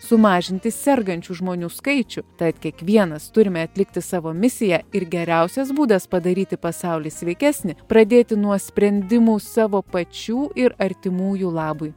sumažinti sergančių žmonių skaičių tad kiekvienas turime atlikti savo misiją ir geriausias būdas padaryti pasaulį sveikesnį pradėti nuo sprendimų savo pačių ir artimųjų labui